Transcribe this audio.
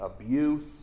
abuse